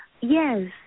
yes